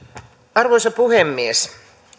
arvoisa puhemies